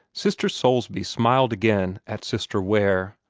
sister soulsby smiled again at sister ware,